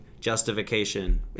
justification